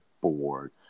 board